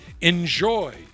Enjoy